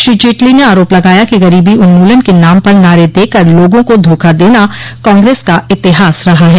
श्री जेटली ने आरोप लगाया कि गरीबी उन्मूलन के नाम पर नारे देकर लोगों को धोखा देना कांग्रेस का इतिहास रहा है